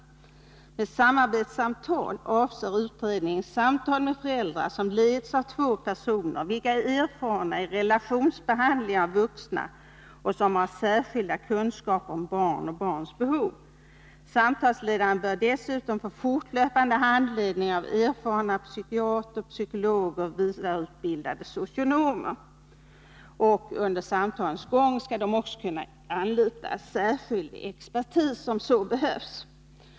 Med samarbetssamtal avser utredningen samtal med föräldrarna som leds av två personer vilka är erfarna i relationsbehandling av vuxna och har särskilda kunskaper om barn och barns behov. —-—-- Samtalsledarna, som enligt utredningen bör ha möjlighet att få fortlöpande handledning av erfarna psykiatriker, psykologer eller vidareutbildade socionomer, skall under samtalens gång också kunna anlita särskild expertis när sådan behövs.